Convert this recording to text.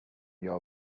your